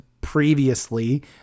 previously